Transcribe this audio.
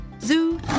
Zoo